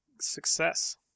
success